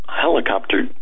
helicopter